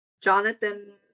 Jonathan